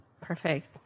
perfect